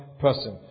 person